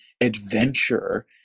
adventure